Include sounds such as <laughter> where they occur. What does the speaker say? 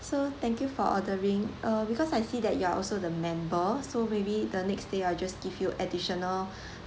so thank you for ordering uh because I see that you are also the member so maybe the next stay I just give you additional <breath>